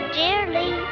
dearly